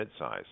midsize